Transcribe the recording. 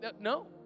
no